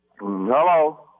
Hello